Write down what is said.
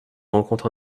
rencontre